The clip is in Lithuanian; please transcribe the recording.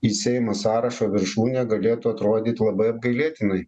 į seimą sąrašo viršūnė galėtų atrodyt labai apgailėtinai